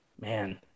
man